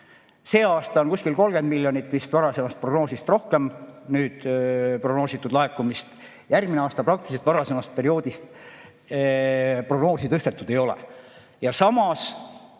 See aasta on kuskil 30 miljonit vist varasemast prognoosist rohkem nüüd prognoositud laekumist, järgmiseks aastaks praktiliselt võrreldes varasema perioodiga prognoosi tõstetud ei ole. Ja samas